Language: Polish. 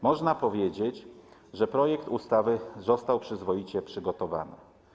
Można powiedzieć, że projekt ustawy został przyzwoicie przygotowany.